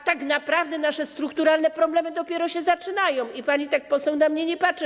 A tak naprawdę nasze strukturalne problemy dopiero się zaczynają, i niech pani poseł tak na mnie nie patrzy.